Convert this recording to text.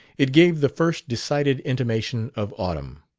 it gave the first decided intimation of autumn.